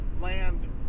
land